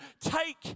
take